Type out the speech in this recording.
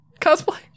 cosplay